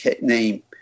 name